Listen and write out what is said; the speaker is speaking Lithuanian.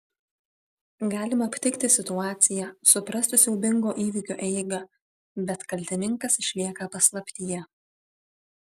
galima aptikti situaciją suprasti siaubingo įvykio eigą bet kaltininkas išlieka paslaptyje